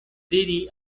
diri